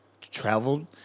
traveled